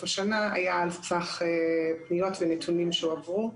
השנה היה על סמך פניות ונתונים שהועברו.